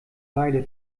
leide